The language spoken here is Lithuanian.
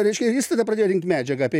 reiškia ir jis tada pradėjo rinkti medžiagą apie